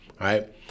right